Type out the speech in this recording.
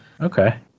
Okay